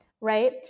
Right